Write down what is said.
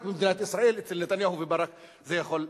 רק במדינת ישראל אצל נתניהו וברק זה יכול להיות.